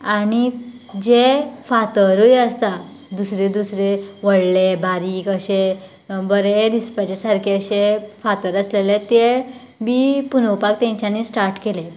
आनी जे फातरय आसता दुसरें दुसरें व्हडले बारीक अशें बरें दिसता सारकें अशें फातर आसलेले ते बी पुंजोवपाक तेंच्यानी स्टार्ट केलें